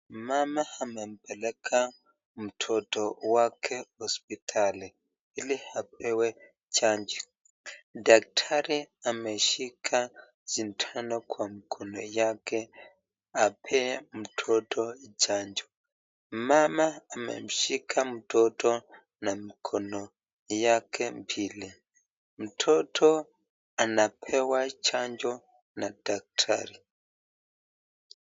Mama amepeleka mtoto wake hospitali hili apewe janjoo daktari ameshikilia sindano Kwa mkono wake apee mtoto janjoo, mama amemshika mtoto na nikono yake mbili. Mtoto anapewa chanjo na daktari.